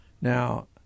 Now